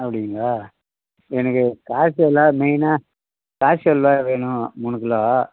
அப்படிங்களா எனக்கு காசி அல்வா மெயினாக காசி அல்வா வேணும் மூணு கிலோ